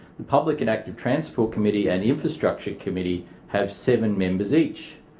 the public and active transport committee and infrastructure committee have seven members each.